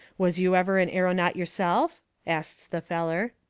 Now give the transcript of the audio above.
was you ever an aeronaut yourself? asts the feller.